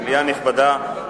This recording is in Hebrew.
מליאה נכבדה,